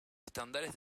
estándares